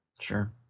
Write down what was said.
Sure